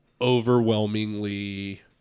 overwhelmingly